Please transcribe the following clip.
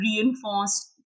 reinforced